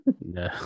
No